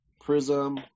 prism